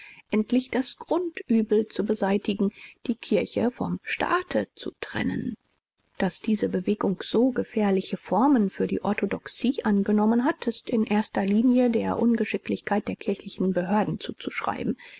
endlich das grundübel zu beseitigen die kirche vom staate zu trennen daß diese bewegung so gefährliche formen für die orthodoxie angenommen hat ist in erster linie der ungeschicklichkeit der kirchlichen behörden zuzuschreiben